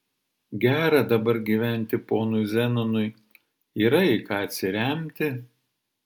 gera dabar gyventi ponui zenonui yra į ką atsiremti